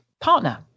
partner